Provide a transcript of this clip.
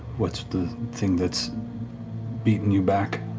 what's the thing that's beaten you back?